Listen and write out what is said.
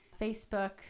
Facebook